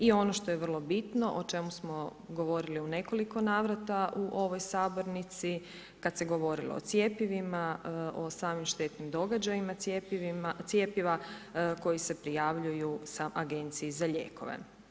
I ono što je vrlo bitno o čemu smo govorili u nekoliko navrata u ovoj sabornici kada se govorilo o cjepivima, o samim štetnim događajima cjepiva koji se prijavljuju Agenciji za lijekove.